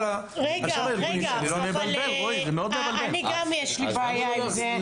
רגע, גם לי יש בעיה עם זה.